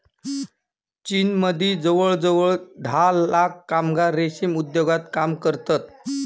चीनमदी जवळजवळ धा लाख कामगार रेशीम उद्योगात काम करतत